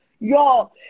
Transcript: Yo